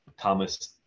Thomas